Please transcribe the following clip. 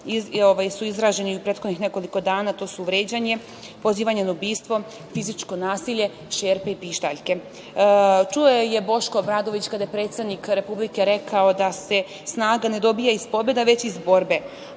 su izraženi u poslednjih nekoliko dana, a to su vređanje, pozivanje na ubistvo, fizičko nasilje, šerpe i pištaljke. Čuo je Boško Obradović kada je predsednik Republike rekao da se snaga ne dobija iz pobede već iz borbe.